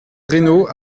reynaud